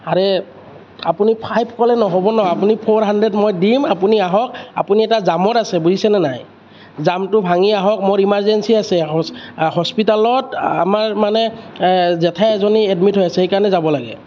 আৰে আপুনি ফাইভ ক'লে নহ'ব ন আপুনি ফৰ হাণ্ড্ৰেড মই দিম আপুনি আহক আপুনি এতিয়া জামত আছে বুজিছেনে নাই জামটো ভাঙি আহক মোৰ ইমাৰজেঞ্চি আছে হস্পিতালত আমাৰ মানে জেঠাই এজনী এডমিট হৈ আছে সেইকাৰণে যাব লাগে